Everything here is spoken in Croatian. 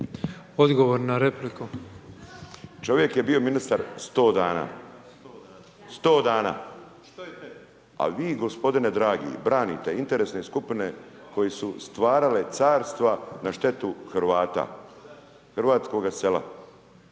Miro (MOST)** Čovjek je bio ministar 100 dana, a vi gospodine dragi branite interesne skupine koje su stvarale carstva na štetu Hrvata, hrvatskoga sela.